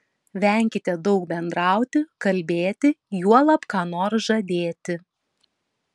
venkite daug bendrauti kalbėti juolab ką nors žadėti